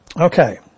Okay